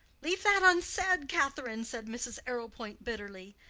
leave that unsaid, catherine, said mrs. arrowpoint, bitterly.